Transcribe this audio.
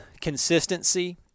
consistency